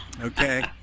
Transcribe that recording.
Okay